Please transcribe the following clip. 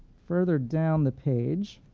further down the page,